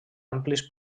amplis